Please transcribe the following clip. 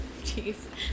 Jeez